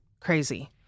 crazy